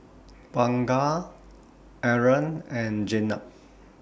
Bunga Aaron and Jenab